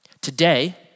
Today